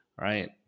right